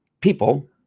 people